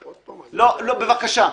לא, בבקשה.